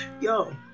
Yo